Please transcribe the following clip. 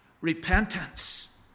repentance